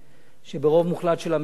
שברוב מוחלט של המקרים,